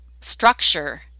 structure